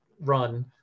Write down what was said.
run